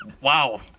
Wow